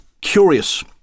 curious